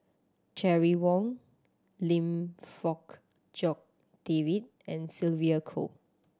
Terry Wong Lim Fong Jock David and Sylvia Kho